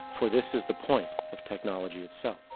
for this is the point of technology itself.